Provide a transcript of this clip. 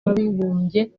w’abibumbye